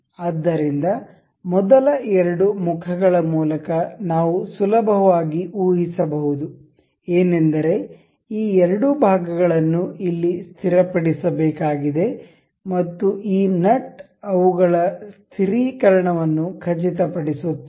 ಆದ್ದರಿಂದ ಮೊದಲ ಎರಡು ಮುಖಗಳ ಮೂಲಕ ನಾವು ಸುಲಭವಾಗಿ ಊಹಿಸಬಹುದು ಏನೆಂದರೆ ಈ ಎರಡು ಭಾಗಗಳನ್ನು ಇಲ್ಲಿ ಸ್ಥಿರಪಡಿಸಬೇಕಾಗಿದೆ ಮತ್ತು ಈ ನಟ್ ಅವುಗಳ ಸ್ಥಿರೀಕರಣವನ್ನು ಖಚಿತಪಡಿಸುತ್ತದೆ